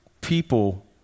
people